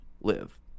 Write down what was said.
live